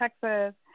Texas